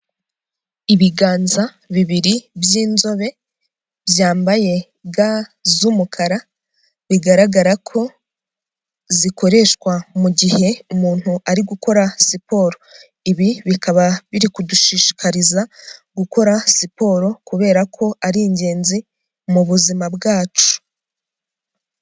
Ibiganza bibiri by'inzobe, byambaye ga z'umukara, bigaragara ko zikoreshwa mu gihe umuntu ari gukora siporo, ibi bikaba biri kudushishikariza gukora siporo, kubera ko ari ingenzi mu buzima bwacu.